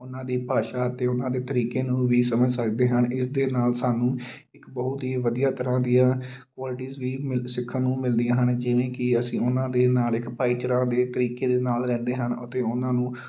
ਉਹਨਾਂ ਦੀ ਭਾਸ਼ਾ ਅਤੇ ਉਹਨਾਂ ਦੇ ਤਰੀਕੇ ਨੂੰ ਵੀ ਸਮਝ ਸਕਦੇ ਹਨ ਇਸ ਦੇ ਨਾਲ਼ ਸਾਨੂੰ ਇੱਕ ਬਹੁਤ ਹੀ ਵਧੀਆ ਤਰ੍ਹਾਂ ਦੀਆਂ ਕੁਆਲਿਟੀਜ਼ ਵੀ ਮਿਲ ਸਿੱਖਣ ਨੂੰ ਮਿਲਦੀਆਂ ਹਨ ਜਿਵੇਂ ਕਿ ਅਸੀਂ ਉਹਨਾਂ ਦੇ ਨਾਲ਼ ਇੱਕ ਭਾਈਚਾਰਾ ਦੇ ਤਰੀਕੇ ਦੇ ਨਾਲ਼ ਰਹਿੰਦੇ ਹਨ ਅਤੇ ਉਹਨਾਂ ਨੂੰ